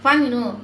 fun you know